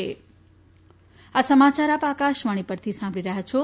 corona appeal આ સમાચાર આપ આકાશવાણી પરથી સાંભળી રહ્યા છો